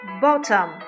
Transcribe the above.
bottom